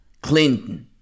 Clinton